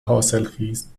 حاصلخیز